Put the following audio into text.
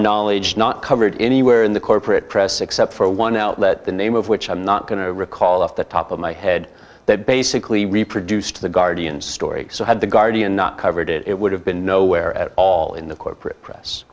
knowledge not covered anywhere in the corporate press except for one outlet the name of which i'm not going to recall off the top of my head that basically reproduced the guardian's story so had the guardian not covered it would have been nowhere at all in the corporate press